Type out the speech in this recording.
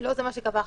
לא זה מה שקבע החוק.